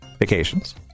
vacations